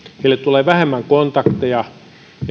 niille tulee vähemmän kontakteja